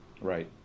Right